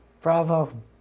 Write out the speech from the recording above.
Bravo